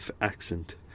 accent